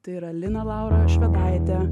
tai yra liną laurą švedaitę